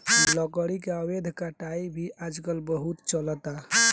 लकड़ी के अवैध कटाई भी आजकल बहुत चलता